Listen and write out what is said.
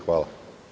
Hvala.